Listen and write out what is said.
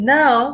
now